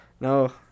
no